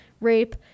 rape